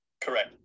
Correct